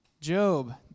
Job